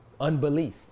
unbelief